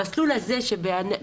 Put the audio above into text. המסלול הזה שבראייתנו,